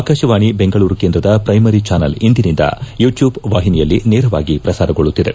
ಆಕಾಶವಾಣಿ ಬೆಂಗಳೂರು ಕೇಂದ್ರದ primary channel ಇಂದಿನಿಂದ YouTube ವಾಹಿನಿಯಲ್ಲಿ ನೇರವಾಗಿ ಪ್ರಸಾರಗೊಳ್ಳುತ್ತಿದೆ